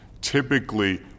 Typically